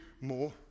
more